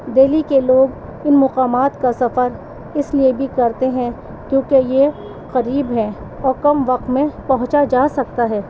دہلی کے لوگ ان مقامات کا سفر اس لیے بھی کرتے ہیں کیوں کہ یہ قریب ہے اور کم وقت میں پہنچا جا سکتا ہے